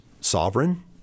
sovereign